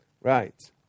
Right